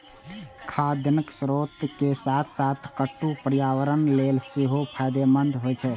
खाद्यान्नक स्रोत के साथ साथ कट्टू पर्यावरण लेल सेहो फायदेमंद होइ छै